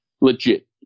legit